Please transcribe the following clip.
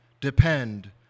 depend